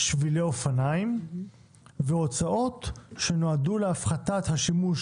שבילי אופניים והוצאות שנועדו להפחתת השימוש